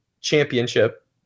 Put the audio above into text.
championship